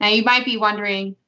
ah you might be wondering,